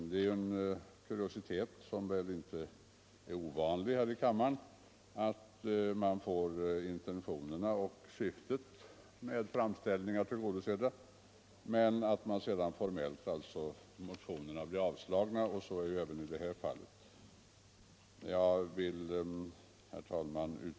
Det är ju en kuriositet, som väl inte är ovanlig här i kammaren, att man får syftet med framställningar tillgodosett men att motionerna sedan blir avstyrkta, och så är det även i det här fallet. Herr talman!